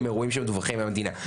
הם אירועים שמדווחים למדינה,